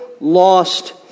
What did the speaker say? lost